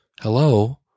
hello